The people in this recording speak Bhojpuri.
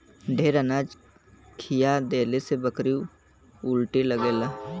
ढेर अनाज खिया देहले से बकरी उलटे लगेला